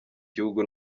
gihugu